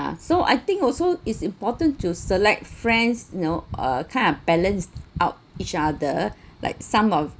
so I think also is important to select friends you know uh kinda balanced out each other like some of